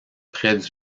près